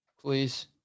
please